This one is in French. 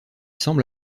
semble